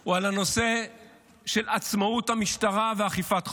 הוא הנושא של עצמאות המשטרה ואכיפת חוק.